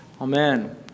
Amen